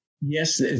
Yes